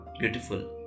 beautiful